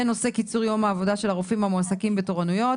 בנושא קיצור יום העבודה של הרופאים המועסקים בתורנויות.